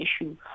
issue